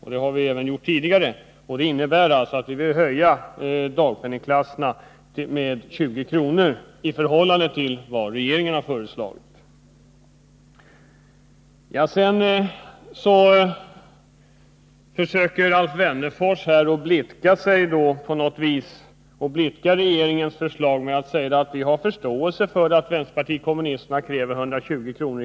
Det har våra tidigare förslag också gjort. Förslaget innebär en höjning av dagpenningsklasserna med 20 kr. i förhållande till vad regeringen föreslagit. Sedan försöker Alf Wennerfors att på något vis blidka oss och mildra regeringens förslag genom att säga att borgerligheten har förståelse för att vänsterpartiet kommunisterna kräver 120 kr.